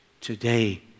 today